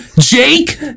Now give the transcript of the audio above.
Jake